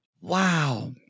Wow